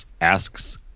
asks